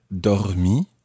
dormi